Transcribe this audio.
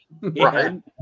Right